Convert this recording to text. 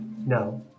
No